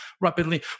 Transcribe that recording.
rapidly